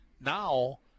now